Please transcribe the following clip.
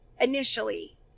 initially